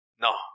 No